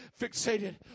Fixated